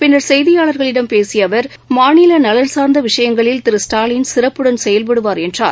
பின்னர் செய்தியாளர்களிடம் பேசிய அவர் பேசுகையில் மாநில நலன் சார்ந்த விஷயங்களில் திரு ஸ்டாலின் சிறப்புடன் செயல்படுவார் என்றார்